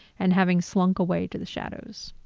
and having slunk away to the shadows.